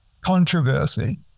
controversy